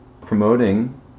promoting